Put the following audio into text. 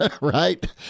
Right